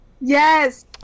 Yes